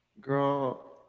girl